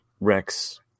Rex